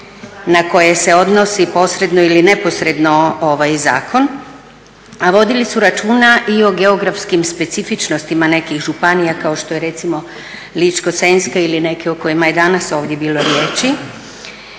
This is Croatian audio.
na koje se odnosi posredno ili neposredno ovaj zakon, a vodili su računa i o geografskim specifičnostima nekih županija kao što je recimo Ličko-senjska ili neki o kojima je danas ovdje bilo riječi,